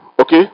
Okay